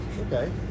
Okay